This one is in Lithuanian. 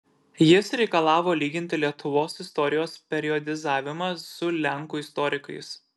jis reikalavo lyginti lietuvos istorijos periodizavimą su lenkų istorikais